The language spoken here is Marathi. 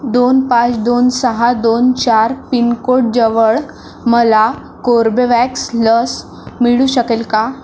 दोन पाच दोन सहा दोन चार पिनकोडजवळ मला कोर्बेवॅक्स लस मिळू शकेल का